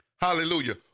Hallelujah